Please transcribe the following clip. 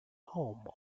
home